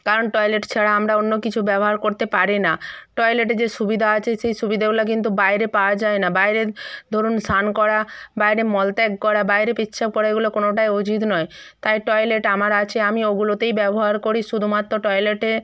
কারণ টয়লেট ছাড়া আমরা অন্য কিছু ব্যবহার করতে পারি না টয়লেটে যে সুবিধা আছে সেই সুবিধেগুলো কিন্তু বাইরে পাওয়া যায় না বাইরে ধরুন স্নান করা বাইরে মলত্যাগ করা বাইরে পেচ্ছাপ করা এগুলো কোনোটাই উচিত নয় তাই টয়লেট আমার আছে আমি ওগুলোতেই ব্যবহার করি শুধু মাত্র টয়লেটে